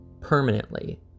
permanently